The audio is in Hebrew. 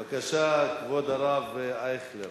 בבקשה, כבוד הרב אייכלר.